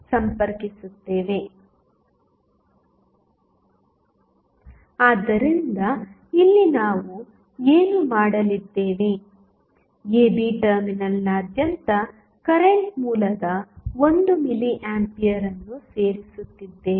ಆದ್ದರಿಂದ ಇಲ್ಲಿ ನಾವು ಏನು ಮಾಡಲಿದ್ದೇವೆ ab ಟರ್ಮಿನಲ್ನಾದ್ಯಂತ ಕರೆಂಟ್ ಮೂಲದ 1 ಮಿಲಿ ಆಂಪಿಯರ್ ಅನ್ನು ಸೇರಿಸುತ್ತಿದ್ದೇವೆ